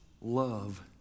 love